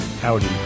howdy